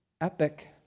epic